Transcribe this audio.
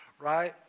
right